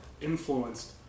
influenced